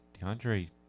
DeAndre